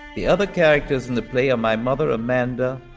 the other characters in the play are my mother amanda,